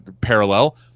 parallel